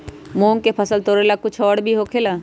मूंग के फसल तोरेला कुछ और भी होखेला?